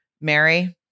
Mary